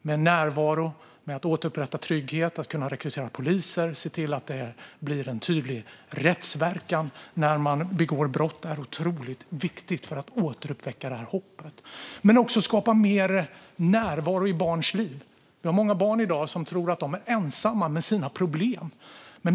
Att ha närvaro, att återupprätta trygghet, att kunna rekrytera poliser och att se till att det blir en tydlig rättsverkan när man begår brott är otroligt viktigt för att återuppväcka det här hoppet. Men det handlar också om att skapa mer närvaro i barns liv. Vi har många barn i dag som tror att de är ensamma med sina problem.